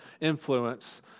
influence